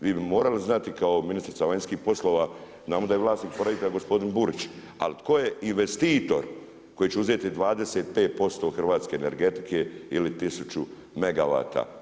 Vi bi morali znati kao ministrica vanjskih poslova, znamo da je vlasnik projekta gospodin Burić ali tko je investitor koji će uzeti 25% hrvatske energetike ili 1000 megavata.